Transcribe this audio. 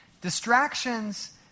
distractions